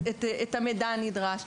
את המידע הנדרש.